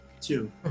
Two